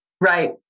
Right